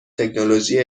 تکنولوژی